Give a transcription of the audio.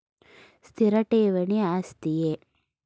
ಸ್ಥಿರ ಠೇವಣಿ ಆಸ್ತಿಯೇ?